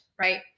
right